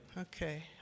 Okay